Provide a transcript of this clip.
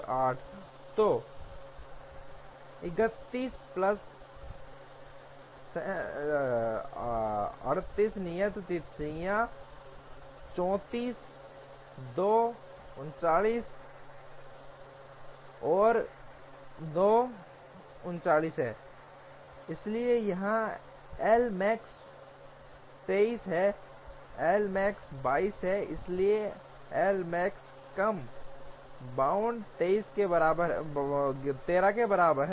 तो ३१ प्लस ३ ९ नियत तिथियां ३४ १ 39 और २ 39 हैं इसलिए यहां एल मैक्स १३ है एल मैक्स १२ है इसलिए एल मैक्स पर कम बाउंड १३ के बराबर है